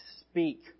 speak